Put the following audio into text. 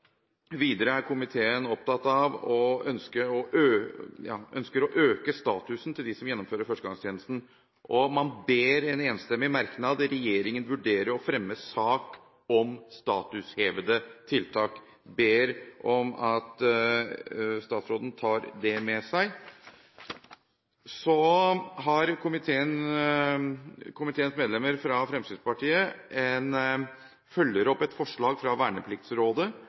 Videre er komiteen opptatt av og ønsker å øke statusen til dem som gjennomfører førstegangstjenesten, og man ber i enstemmig merknad «regjeringen vurdere å fremme sak om statushevende tiltak». Jeg ber om at statsråden tar det med seg. Så følger komiteens medlemmer fra Fremskrittspartiet opp et forslag fra Vernepliktsrådet